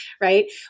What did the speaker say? right